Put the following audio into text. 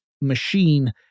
machine